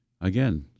again